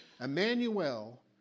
Emmanuel